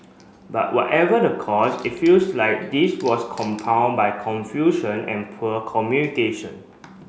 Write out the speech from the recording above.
but whatever the cause it feels like this was compound by confusion and poor communication